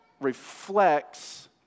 reflects